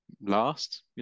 last